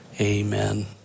Amen